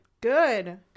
Good